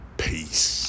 Peace